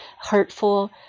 hurtful